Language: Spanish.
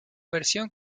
versión